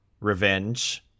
Revenge